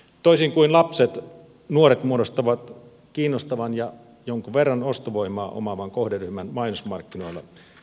toisin kuin lapset nuoret muodostavat kiinnostavan ja jonkin verran ostovoimaa omaavan kohderyhmän mainosmarkkinoilla